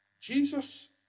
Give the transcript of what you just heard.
Jesus